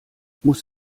muss